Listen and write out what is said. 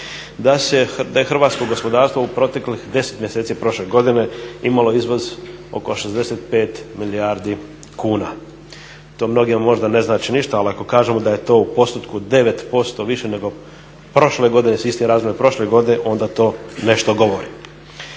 da je hrvatsko gospodarstvo u proteklih 10 mjeseci prošle godine imalo izvoz oko 65 milijardi kuna. To mnogima možda ne znači ništa ali ako kažemo da je to u postotku 9% više nego prošle godine, s istim razdobljem prošle godine onda to nešto govori.